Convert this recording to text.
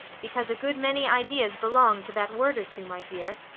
because a good many ideas belong to that word or two, my dear.